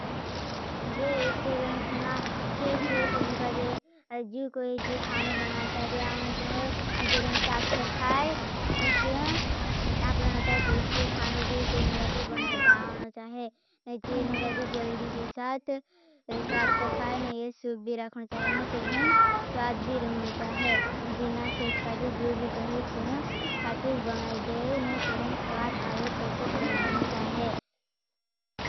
तो ठीक है जेरे रेस्टोरेंट में सेफ तीनों का जो खाना बनाते हैं। भी आना चाहिए। मित्र साफ सफाई में अपना पुष्टिकर बनाता आना चाहिए। जल्दी के साथ साफ सफाई में शुभ राखना। चाह जो भी कहे। ठीक से बनाएं और बनाना चाहें।